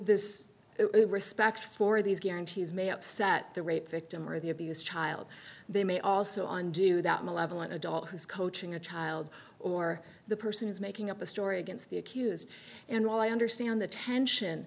this it were spec for these guarantees may upset the rape victim or the abuse child they may also undo that malevolent adult who is coaching a child or the person is making up a story against the accused and while i understand the tension